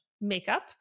makeup